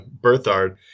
Berthard